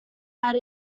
had